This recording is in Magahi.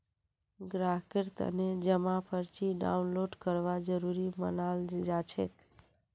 ग्राहकेर तने जमा पर्ची डाउनलोड करवा जरूरी मनाल जाछेक